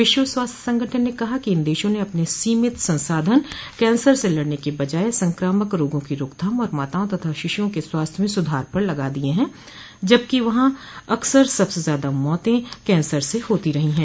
विश्व स्वास्थ्य संगठन ने कहा कि इन देशों ने अपने सीमित संसाधन कैंसर से लड़ने के बजाय संक्रामक रोगों की रोकथाम और माताआ तथा शिशुओं के स्वास्थ्य में सुधार पर लगा दिये हैं जबकि वहां अक्सर सबसे ज्यादा मौतें कैंसर से होती रही हैं